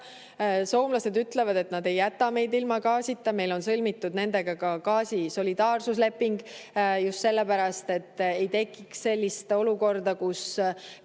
Soomlased ütlevad, et nad ei jäta meid ilma gaasita. Meil on sõlmitud nendega ka gaasi[tarnete] solidaarsusleping just sellepärast, et ei tekiks sellist olukorda, kus